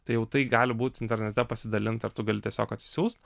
tai jau tai gali būt internete pasidalinta ir tu gali tiesiog atsisiųst